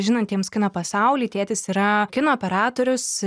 žinantiems kino pasaulį tėtis yra kino operatorius